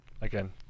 again